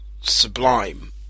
sublime